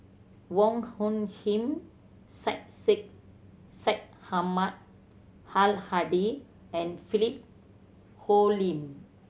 Wong Hung Khim Syed Sheikh Syed Ahmad Al Hadi and Philip Hoalim